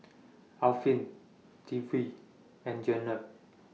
Afiq Dwi and Jenab